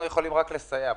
אנחנו יכולים רק לסייע,